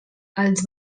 els